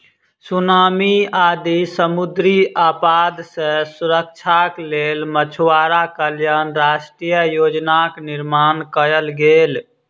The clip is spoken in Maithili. सुनामी आदि समुद्री आपदा सॅ सुरक्षाक लेल मछुआरा कल्याण राष्ट्रीय योजनाक निर्माण कयल गेल